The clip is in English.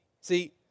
See